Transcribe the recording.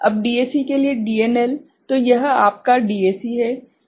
अब डीएसी के लिए डीएनएलतो यह आपका डीएसी है